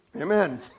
Amen